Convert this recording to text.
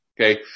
Okay